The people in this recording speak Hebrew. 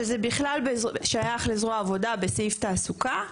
שזה בכלל שייך לזרוע עבודה בסעיף תעסוקה,